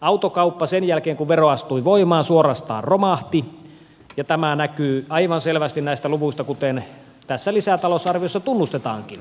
autokauppa sen jälkeen kun vero astui voimaan suorastaan romahti ja tämä näkyy aivan selvästi näistä luvuista kuten tässä lisätalousarviossa tunnustetaankin